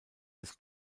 des